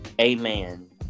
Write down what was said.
Amen